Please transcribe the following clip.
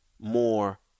More